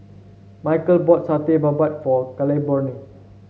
Michal bought Satay Babat for Claiborne